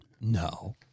No